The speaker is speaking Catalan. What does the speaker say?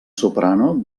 soprano